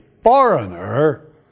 foreigner